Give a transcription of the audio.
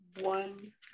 One